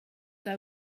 they